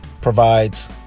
provides